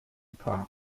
park